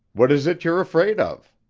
what is it you're afraid of?